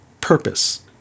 purpose